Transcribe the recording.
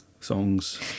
songs